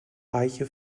reiche